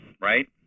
right